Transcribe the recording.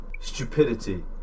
Stupidity